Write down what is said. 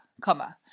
comma